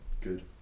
Good